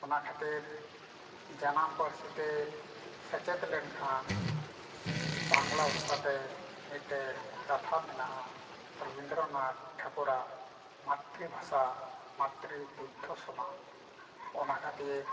ᱚᱱᱟᱠᱷᱟᱹᱛᱤᱨ ᱡᱟᱱᱟᱢ ᱯᱟᱹᱨᱥᱤᱛᱮ ᱥᱮᱪᱮᱫ ᱞᱮᱱᱠᱞᱷᱟᱱ ᱵᱟᱝᱞᱟ ᱵᱷᱟᱥᱟᱛᱮ ᱢᱤᱫᱴᱮᱡ ᱠᱟᱛᱷᱟ ᱢᱮᱱᱟᱜᱼᱟ ᱨᱚᱵᱤᱱᱫᱨᱚᱱᱟᱛᱷ ᱴᱷᱟᱹᱠᱩᱨᱟᱜ ᱢᱟᱛᱨᱤ ᱵᱷᱟᱥᱟ ᱢᱟᱛᱨᱤ ᱫᱩᱠᱫᱷᱚ ᱥᱚᱢᱟᱱ ᱚᱱᱟ ᱠᱷᱟᱹᱛᱤᱨ